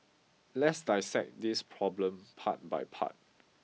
let's dissect this problem part by part